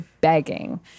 begging